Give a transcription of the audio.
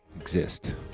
exist